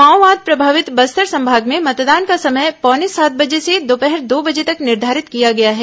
माओवाद प्रभावित बस्तर संभाग में मतदान का समय पौने सात बजे से दोपहर दो बजे तक निर्घारित किया गया है